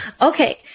Okay